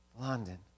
London